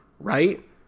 right